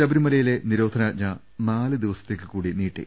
ശബരിമലയിലെ നിരോധനാജ്ഞ നാല് ദിവസത്തേക്ക് കൂടി നീട്ടി